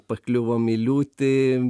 pakliuvom į liūtį